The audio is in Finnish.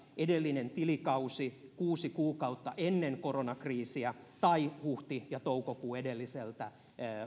edellinen tilikausi kuusi kuukautta ennen koronakriisiä tai huhti ja toukokuu edelliseltä